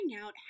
out